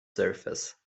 surface